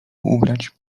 ubrać